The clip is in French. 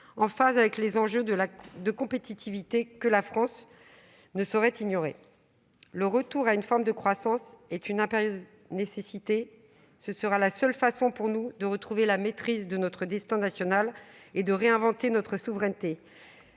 en phase avec les enjeux de compétitivité que la France ne saurait ignorer. Le retour à une forme de croissance est une impérieuse nécessité. C'est la seule façon pour nous de retrouver la maîtrise de notre destin national et de réinventer notre souveraineté.